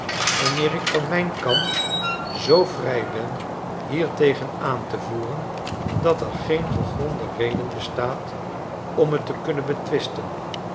wanneer ik van mijn kant zoo vrij ben hiertegen aan te voeren dat er geen gegronde reden bestaat om t te kunnen betwisten